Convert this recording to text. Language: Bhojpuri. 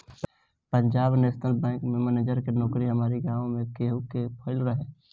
पंजाब नेशनल बैंक में मेनजर के नोकरी हमारी गांव में केहू के भयल रहे